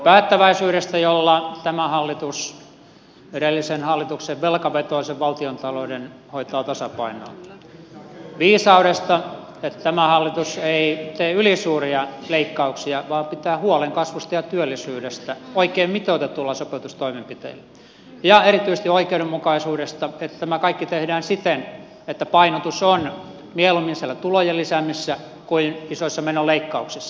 päättäväisyydestä jolla tämä hallitus edellisen hallituksen velkavetoisen valtiontalouden hoitaa tasapainoon viisaudesta että tämä hallitus ei tee ylisuuria leikkauksia vaan pitää huolen kasvusta ja työllisyydestä oikein mitoitetuilla sopeutustoimenpiteillä ja erityisesti oikeudenmukaisuudesta että tämä kaikki tehdään siten että painotus on mieluummin siellä tulojen lisäämisessä kuin isoissa menoleikkauksissa